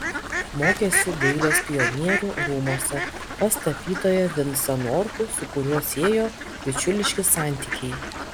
mokėsi dailės pionierių rūmuose pas tapytoją vincą norkų su kuriuo siejo bičiuliški santykiai